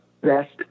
best